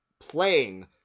playing